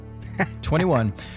21